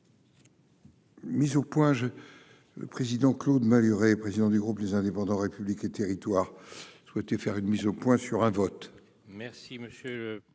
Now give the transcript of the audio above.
Mise au point, je le président Claude Malhuret, président du groupe, les indépendants, République et Territoires souhaité faire une mise au point sur un vote.